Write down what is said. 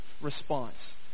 response